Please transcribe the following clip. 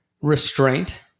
Restraint